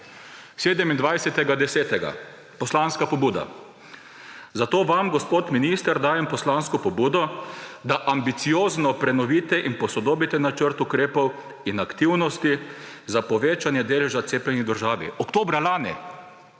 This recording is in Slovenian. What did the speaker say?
27. 10., poslanska pobuda: »Zato vam, gospod minister, dajem poslansko pobudo, da ambiciozno prenovite in posodobite načrt ukrepov in aktivnosti za povečanje deleža cepljenih v državi.« Oktobra lani,